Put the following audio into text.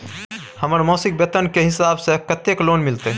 हमर मासिक वेतन के हिसाब स कत्ते लोन मिलते?